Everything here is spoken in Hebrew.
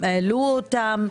העלו אותם.